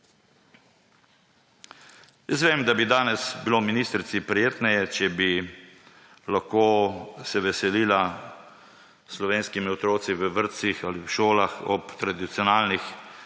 Vem, da bi bilo danes ministrici prijetneje, če bi se lahko veselila s slovenskimi otroki v vrtcih ali v šolah ob tradicionalnem